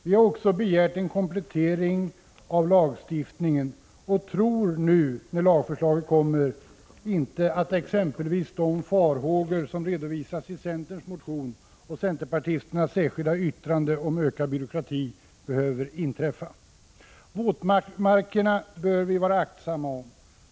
Vi har också begärt en komplettering av lagstiftningen och tror inte nu när lagförslaget kommer att exempelvis de farhågor som redovisas i centerns motion och centerpartisternas särskilda yttrande om ökad byråkrati behöver infrias. Våtmarkerna bör vi vara aktsamma om.